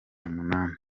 umunani